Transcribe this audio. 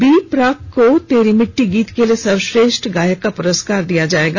B Praak को तेरी मिट्टी गीत के लिए सर्वश्रेष्ठ गायक का पुरस्कार प्रदान किया जाएगा